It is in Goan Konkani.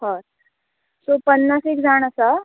हय सो पन्नास एक जाण आसा